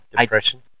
Depression